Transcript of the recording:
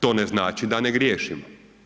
To ne znači da ne griješimo.